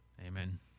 Amen